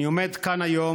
אני עומד כאן היום,